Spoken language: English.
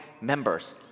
members